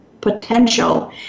potential